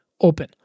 open